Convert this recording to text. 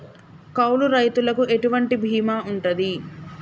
కౌలు రైతులకు ఎటువంటి బీమా ఉంటది?